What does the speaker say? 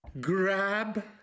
Grab